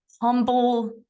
humble